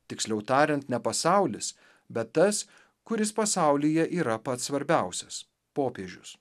tiksliau tariant ne pasaulis bet tas kuris pasaulyje yra pats svarbiausias popiežius